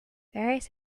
various